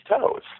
toes